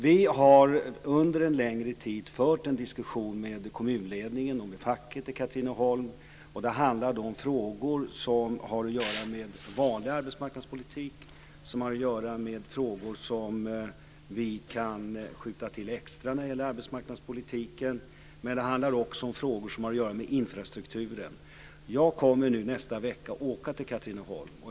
Vi har under en längre tid fört en diskussion med kommunledningen och med facket i Katrineholm. Det handlar då om frågor som har att göra med vanlig arbetsmarknadspolitik och om vad vi kan skjuta till extra. Det handlar också om frågor som har att göra med infrastrukturen. Jag kommer nästa vecka att åka till Katrineholm.